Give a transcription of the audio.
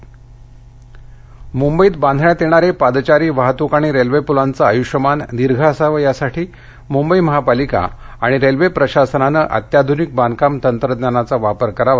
मुंबई पूल मुंबईत बांधण्यात येणारे पादचारी वाहतुक आणि रेल्वे पुलांचे आयष्यमान दीर्घ असावे यासाठी मुंबई महापालिका रेल्वे प्रशासनाने अत्याधुनिक बांधकाम तंत्रज्ञानाचा वापर करावा